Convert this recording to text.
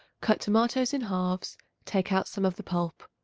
cut tomatoes in halves take out some of the pulp.